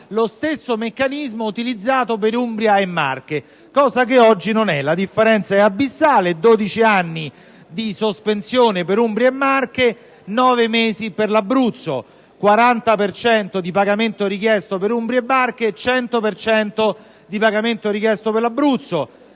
lo stesso meccanismo utilizzato per Umbria e Marche, cosa che oggi non avviene. La differenza è abissale: 12 anni di sospensione per Umbria e Marche, nove mesi per l'Abruzzo; 40 per cento di pagamento richiesto per Umbria e Marche, 100 per cento per l'Abruzzo;